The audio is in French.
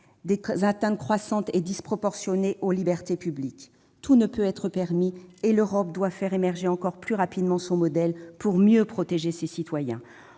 des atteintes croissantes et disproportionnées aux libertés publiques. Tout ne peut être permis. L'Europe doit faire émerger encore plus rapidement son modèle pour mieux protéger ses citoyens.